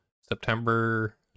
September